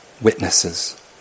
witnesses